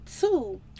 Two